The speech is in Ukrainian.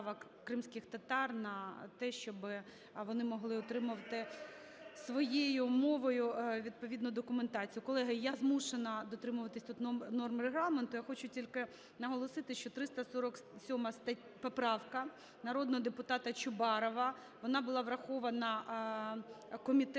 кримських татар на те, щоб вони могли отримувати своєю мовою відповідну документацію? Колеги, я змушена дотримуватись тут норм Регламенту. Я хочу тільки наголосити, що 347 поправка народного депутата Чубарова, вона була врахована комітетом